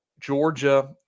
Georgia